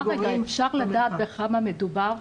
סליחה רגע, אפשר לדעת בכמה מדובר?